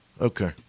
Okay